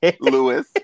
Lewis